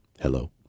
Hello